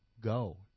go